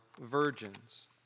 virgins